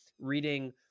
reading